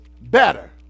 better